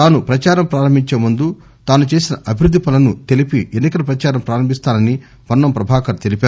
తాను ప్రచారం ప్రారంబించే ముందు తాను చేసిన అభివృద్ది పనులను తెలిపి ఎన్సి కల ప్రదారం ప్రారంబిస్తానని పొన్సం తెలిపారు